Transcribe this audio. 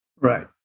Right